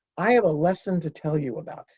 i have a lesson to tell you about.